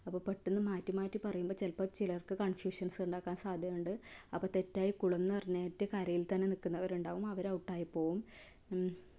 അപ്പോൾ പെട്ടെന്ന് മാറ്റി മാറ്റി പറയുമ്പോൾ ചിലപ്പോൾ ചിലർക്ക് കൺഫ്യൂഷൻസ് ഉണ്ടാകാൻ സാധ്യതയുണ്ട് അപ്പോൾ തെറ്റായി കുളമെന്ന് പറഞ്ഞിട്ട് കരയിൽ തന്നെ നിൽക്കുന്നവരുണ്ടാകും അവര് ഔട്ട് ആയിപ്പോകും